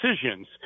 decisions